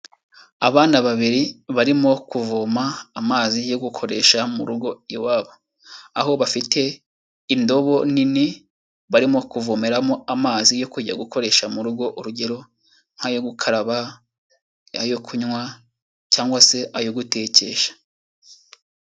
Abana babiri barimo kuvoma amazi yo gukoresha mu rugo iwabo. Aho bafite indobo nini barimo kuvomeramo amazi yo kujya gukoresha mu rugo, urugero: nk'ayo gukaraba, ayo kunywa cyangwa se ayo gutekesha.